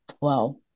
wow